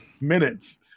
Minutes